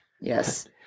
Yes